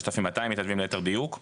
6,200 מתנדבים ליתר דיוק.